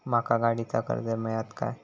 माका गाडीचा कर्ज मिळात काय?